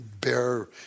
bear